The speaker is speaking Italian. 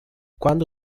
quando